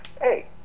hey